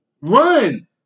Run